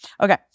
Okay